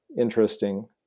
interesting